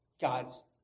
God's